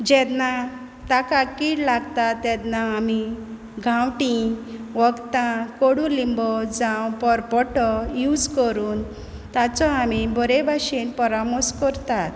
जेदना ताका कीड लागता तेदना आमी गांवठी वोकदां कोडू लिंबो जावं पोरपोटो यूज करून ताचो आमी बोरे भाशेन परामोस कोरतात